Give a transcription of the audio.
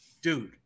Dude